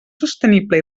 sostenible